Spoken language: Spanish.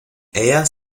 ellas